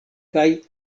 kaj